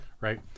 Right